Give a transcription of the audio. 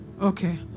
Okay